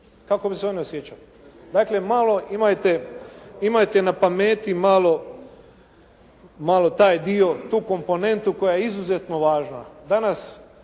Kako bi se onda osjećali? Dakle, malo imajte, imajte na pameti malo, malo, taj dio, tu komponentu koja je izuzetno važna.